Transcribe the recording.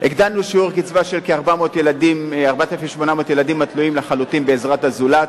הגדלנו את שיעור הקצבה של כ-4,800 ילדים התלויים לחלוטין בעזרת הזולת,